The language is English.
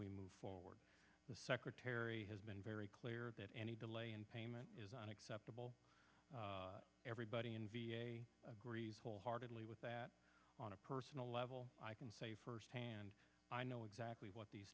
we move forward the secretary has been very clear that any delay in payment is an acceptable everybody and agrees wholeheartedly with that on a personal level i can say firsthand i know exactly what the